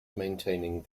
maintaining